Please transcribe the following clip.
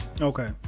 Okay